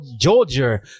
Georgia